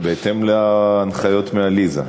בהתאם להנחיות מעליזה.